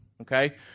Okay